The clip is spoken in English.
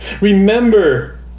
Remember